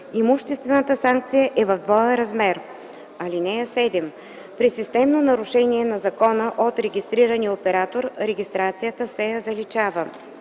имуществената санкция е в двоен размер. (7) При системно нарушение на закона от регистрирания оператор регистрацията се заличава.